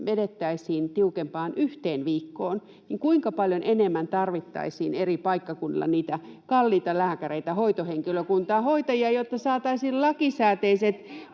vedettäisiin tiukempaan, yhteen viikkoon, niin kuinka paljon enemmän tarvittaisiin eri paikkakunnilla niitä kalliita lääkäreitä, hoitohenkilökuntaa, hoitajia, [Krista Kiurun välihuuto]